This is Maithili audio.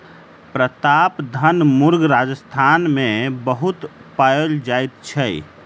प्रतापधन मुर्ग राजस्थान मे बहुत पाओल जाइत छै